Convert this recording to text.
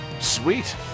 sweet